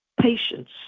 patience